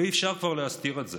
ואי-אפשר כבר להסתיר את זה.